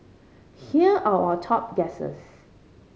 here are our top guesses